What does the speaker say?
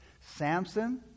Samson